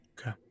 Okay